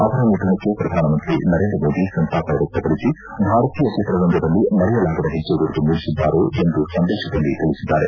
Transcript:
ಅವರ ನಿಧನಕ್ಕೆ ಪ್ರಧಾನಮಂತ್ರಿ ನರೇಂದ್ರ ಮೋದಿ ಸಂತಾಪ ವ್ಯಕ್ತಪಡಿಸಿ ಭಾರತೀಯ ಚಿತ್ರರಂಗದಲ್ಲಿ ಮರೆಯಲಾಗದ ಹೆಜ್ಜೆ ಗುರುತು ಮೂಡಿಸಿದ್ದಾರೆ ಎಂದು ಸಂದೇತದಲ್ಲಿ ತಿಳಿಸಿದ್ದಾರೆ